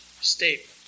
statement